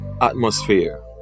Atmosphere